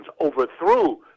overthrew